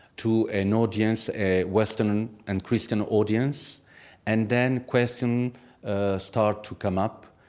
to an audience a western and christian audience and then questions and ah start to come up.